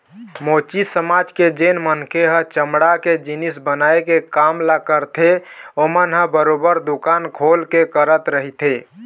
मोची समाज के जेन मनखे ह चमड़ा के जिनिस बनाए के काम ल करथे ओमन ह बरोबर दुकान खोल के करत रहिथे